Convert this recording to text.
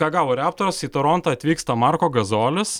ką gavo reptors į torontą atvyksta marko gazolis